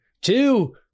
two